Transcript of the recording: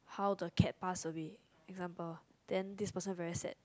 how do a cat passed away example then this person very sad